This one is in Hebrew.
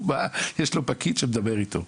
הוא בא, יש לו פקיד שהוא מדבר איתו.